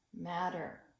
matter